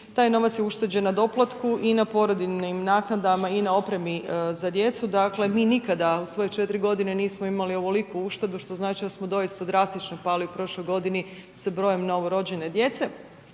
Taj novac je ušteđen na doplatku i na porodiljinim naknadama i na opremi za djecu. Dakle mi nikada u svoje četiri godine nismo imali ovoliku uštedu što znači da smo doista drastično pali u prošloj godini sa brojem novorođene djece.